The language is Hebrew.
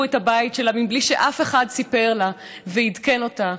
את הבית שלה מבלי שאף אחד סיפר לה ועדכן אותה,